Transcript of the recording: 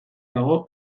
dago